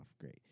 Great